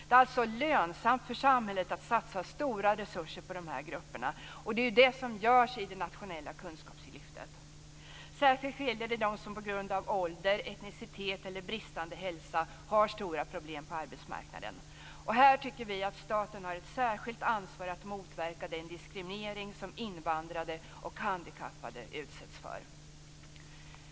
Det är alltså lönsamt för samhället att satsa stora resurser på dessa grupper. Det är det som görs i det nationella kunskapslyftet. Särskilt gäller det dem som på grund av ålder, etnicitet eller bristande hälsa har stora problem på arbetsmarknaden. Här tycker vi att staten har ett särskilt ansvar för att motverka den diskriminering som invandrade och handikappade utsätts för.